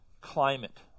climate